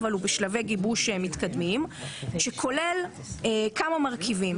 אבל הוא בשלבי גיבוש מתקדמים והוא כולל כמה מרכיבים.